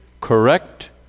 correct